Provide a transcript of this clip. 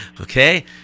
Okay